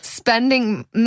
spending